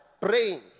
praying